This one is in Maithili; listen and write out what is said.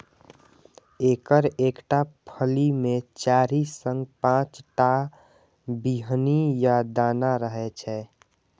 एकर एकटा फली मे चारि सं पांच टा बीहनि या दाना रहै छै